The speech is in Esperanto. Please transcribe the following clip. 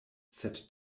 sed